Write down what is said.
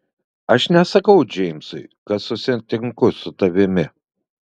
aš nesakau džeimsui kad susitinku su tavimi